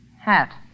hat